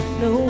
no